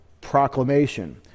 proclamation